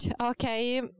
Okay